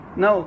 no